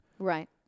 Right